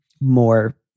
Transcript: more